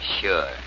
Sure